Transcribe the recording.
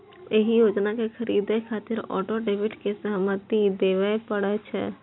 एहि योजना कें खरीदै खातिर ऑटो डेबिट के सहमति देबय पड़ै छै